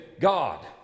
God